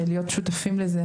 ולהיות שותפים לזה.